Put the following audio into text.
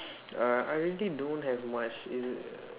err I really don't have much is